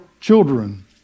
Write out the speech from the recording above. children